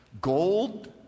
gold